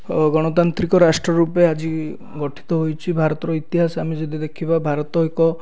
ଗଣତାନ୍ତ୍ରିକ ରାଷ୍ଟ୍ର ରୂପେ ଆଜି ଗଠିତ ହୋଇଛି ଭାରତର ଇତିହାସ ଆମେ ଯଦି ଦେଖିବା ଭାରତ ଏକ